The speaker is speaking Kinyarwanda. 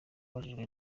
abajijwe